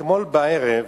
"אתמול בערב